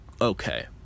Okay